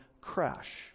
crash